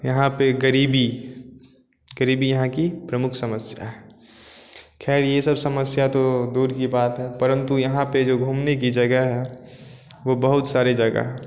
यहाँ पर गरीबी गरीबी यहाँ की प्रमुख समस्या है खैर यह सब समस्या तो दूर की बात है परंतु यहाँ पर जो घूमने की जगह है वह बहुत सारी जगह है